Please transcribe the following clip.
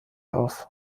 auf